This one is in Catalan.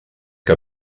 que